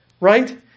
right